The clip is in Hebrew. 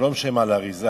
הוא לא משלם על האריזה,